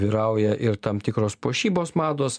vyrauja ir tam tikros puošybos mados